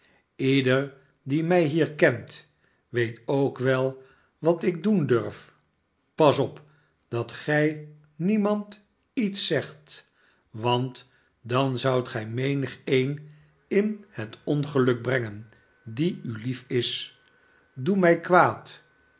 ieder die mij hier kent weet ook wel wat ik doen durf pas op dat gij niemand iets zegt want dan zoudt gij menigeen in het ongeluk brengen die u lief is doe mij kwaad